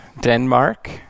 Denmark